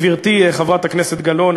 גברתי חברת הכנסת גלאון,